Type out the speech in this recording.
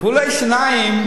טיפולי שיניים,